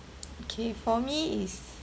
okay for me is